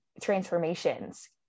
transformations